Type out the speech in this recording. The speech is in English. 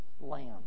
lamb